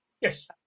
Yes